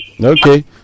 Okay